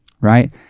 Right